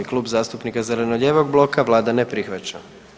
Klub zastupnika zeleno-lijevog bloka, vlada ne prihvaća.